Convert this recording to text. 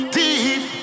deep